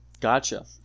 Gotcha